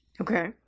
okay